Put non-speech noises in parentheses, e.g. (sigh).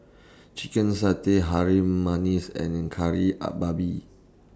Chicken Satay Harum Manis and Kari (hesitation) Babi